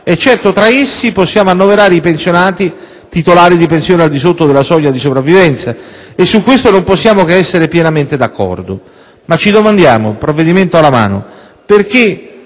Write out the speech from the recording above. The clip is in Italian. (e certo tra essi possiamo annoverare i pensionati titolari di pensioni al di sotto della soglia di sopravvivenza) e su questo non possiamo che essere pienamente d'accordo. Ma ci domandiamo, provvedimento alla mano, perché